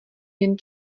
jen